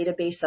database